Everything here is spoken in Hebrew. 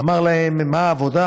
אמר להם: מה העבודה?